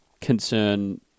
concern